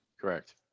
correct